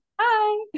Hi